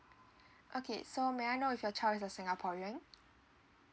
okay so may I know if your child is a singaporean